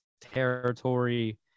territory